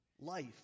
life